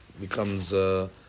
becomes